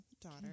daughter